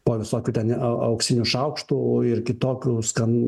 po visokių ten auksinių šaukštų ir kitokių skanių